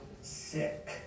sick